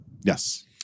Yes